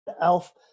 Elf